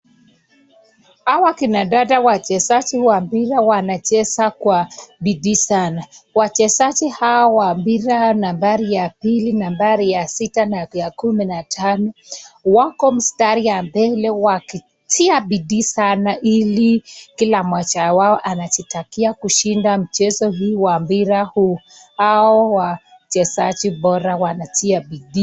Hawa kina dada wachezaji wa mpira wanacheza kwa bidii sana. Wachezaji hawa wa mpira nambari ya pili, nambari ya sita na ya kumi na tano wako mstari ya mbele wakitia bidii sana ili kila mmoja wao anajitakia kushinda mchezo huu mpira huu. Hao wachezaji bora wanatia bidii.